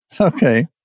Okay